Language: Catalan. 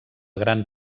gran